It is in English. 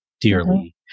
dearly